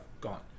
gone